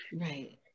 Right